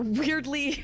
weirdly